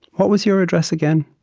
what was your address again?